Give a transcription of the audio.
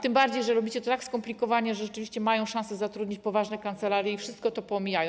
Tym bardziej że robicie to w sposób tak skomplikowany, że rzeczywiście mają szansę zatrudnić poważne kancelarie i wszystko to poomijają.